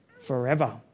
forever